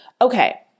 Okay